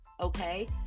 okay